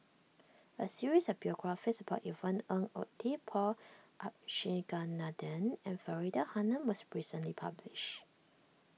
a series of biographies about Yvonne Ng Uhde Paul Abisheganaden and Faridah Hanum was recently published